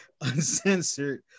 uncensored